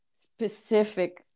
specific